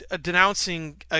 denouncing